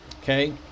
Okay